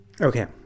Okay